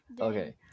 Okay